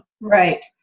Right